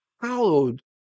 Hallowed